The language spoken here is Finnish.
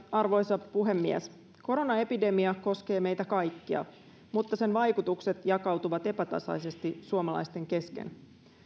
arvoisa puhemies koronaepidemia koskee meitä kaikkia mutta sen vaikutukset jakautuvat epätasaisesti suomalaisten kesken